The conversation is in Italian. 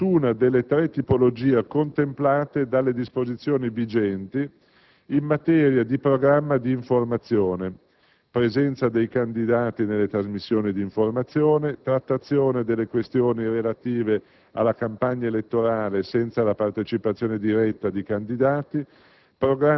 in nessuna delle tre tipologie contemplate dalle disposizioni vigenti in materia di programma di informazione: presenza dei candidati nelle trasmissioni di informazione, trattazione delle questioni relative alla campagna elettorale senza la partecipazione diretta di candidati,